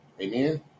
Amen